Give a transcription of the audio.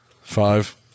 five